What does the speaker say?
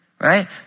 right